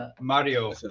Mario